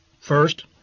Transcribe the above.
First